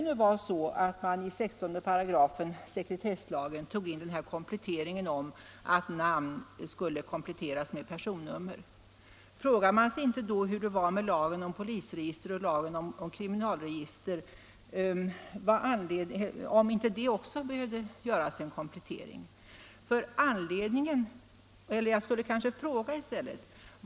När man i 16 § sekretesslagen tog in bestämmelsen om att namn skulle kompletteras med personnummer, frågade man sig inte då hur det var med lagen om polisregister och lagen om kriminalregister — om inte där också behövde göras en komplettering?